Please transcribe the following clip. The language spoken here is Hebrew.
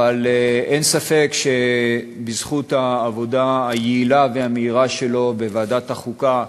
אבל אין ספק שבזכות העבודה היעילה והמהירה שלו בוועדת החוקה,